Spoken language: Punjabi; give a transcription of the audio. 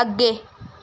ਅੱਗੇ